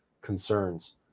concerns